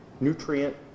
nutrient